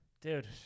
dude